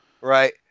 Right